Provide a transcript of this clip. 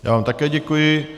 Já vám také děkuji.